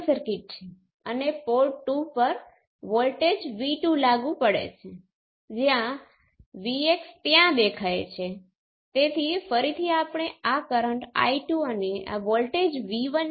અલબત્ત જો આ બંને 0 હોય તો ફોર્વર્ડ અને રિવર્સ બંને પેરામિટર 0 હોય તેનો અર્થ એ કે પોર્ટ 1 અને પોર્ટ 2 વચ્ચે કોઈ કોમ્યુનિકેશન નથી